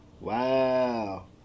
Wow